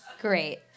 Great